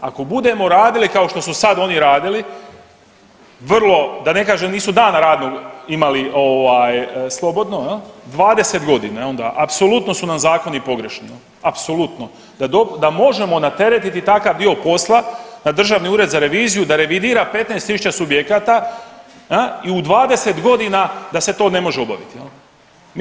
Ako budemo radili kao što su sad oni radili vrlo da ne kažem nisu dana radnog imali ovaj slobodno jel, 20.g. je onda, apsolutno su nam zakoni pogrešni, apsolutno da možemo nateretiti takav dio posla na državni ured za reviziju da revidira 15 tisuća subjekata jel i u 20.g. da se to ne može obaviti jel.